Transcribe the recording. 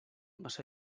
massa